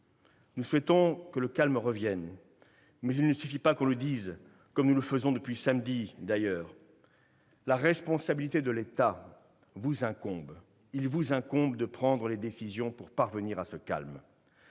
Nous souhaitons que le calme revienne, mais il ne suffit pas de le dire comme nous le faisons depuis samedi dernier. La responsabilité de l'État vous incombe. Il vous incombe de prendre les décisions propres à rétablir le calme.